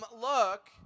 look